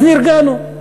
אז נרגענו.